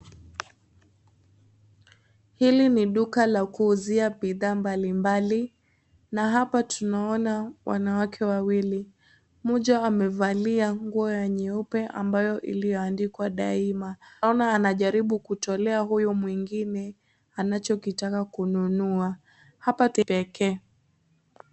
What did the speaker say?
Hili ni duka la kuuzia bidhaa mbali mbali, na hapa tunaona wanawake wawili. Mmoja amevalia nguo ya nyeupe ambayo iliyo andikwa Daima. Naona anajaribu kutolea huyu mwingine anachokitaka kununua, hapa kipekee.